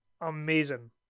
amazing